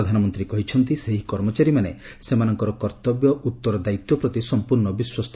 ପ୍ରଧାନମନ୍ତ୍ରୀ କହିଛନ୍ତି ସେହି କର୍ମଚାରୀମାନେ ସେମାନଙ୍କର କର୍ତ୍ତବ୍ୟ ଓ ଉତ୍ତରଦାୟିତ୍ୱ ପ୍ରତି ସମ୍ପୂର୍ଣ୍ଣ ବିଶ୍ୱସ୍ତ